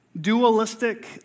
dualistic